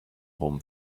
home